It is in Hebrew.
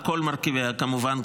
על כל מרכיביה כמובן,